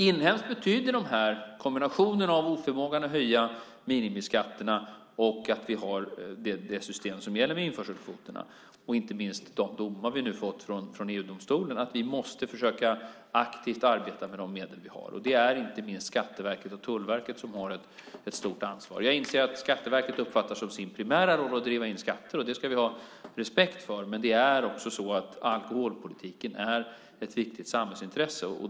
Inhemskt betyder kombinationen av oförmågan att höja minimiskatterna och att vi har det system som gäller med införselkvoterna, inte minst de domar som har kommit från EG-domstolen, att vi måste försöka att aktivt arbeta med de medel vi har. Det är inte minst Skatteverket och Tullverket som har ett stort ansvar. Jag inser att Skatteverket uppfattar det som sin primära roll att driva in skatter. Det ska vi ha respekt för. Men alkoholpolitiken är ett viktigt samhällsintresse.